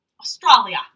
Australia